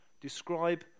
describe